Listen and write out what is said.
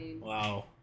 Wow